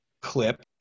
clip